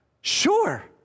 Sure